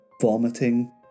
vomiting